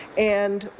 and